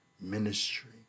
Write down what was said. ministry